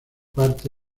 parte